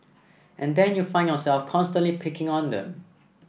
and then you find yourself constantly picking on them